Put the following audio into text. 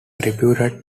reputed